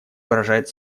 выражает